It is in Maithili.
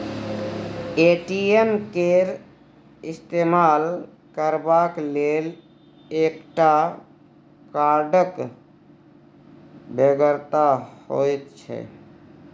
ए.टी.एम केर इस्तेमाल करबाक लेल एकटा कार्डक बेगरता होइत छै